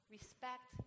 Respect